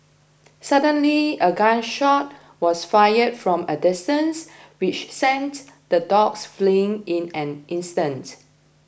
suddenly a gun shot was fired from a distance which sent the dogs fleeing in an instant